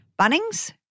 Bunnings